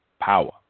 power